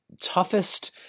toughest